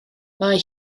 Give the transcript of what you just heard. mae